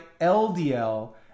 LDL